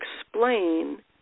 explain